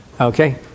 Okay